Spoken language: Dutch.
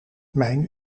mijn